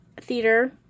theater